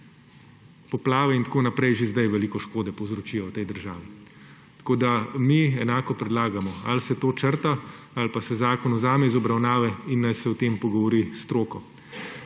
Poplave in tako naprej že zdaj veliko škode povzročijo tej državi. Tako mi enako predlagamo; ali se to črta ali pa se zakon vzame iz obravnave in naj se o tem pogovori s stroko.